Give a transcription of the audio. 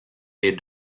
des